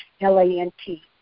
L-A-N-T